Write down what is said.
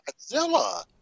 godzilla